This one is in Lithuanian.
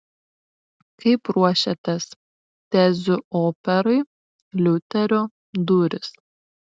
kaip ruošiatės tezių operai liuterio durys